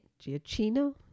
Giacchino